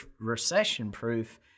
recession-proof